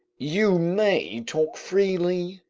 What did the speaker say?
you may talk freely,